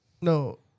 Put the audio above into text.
No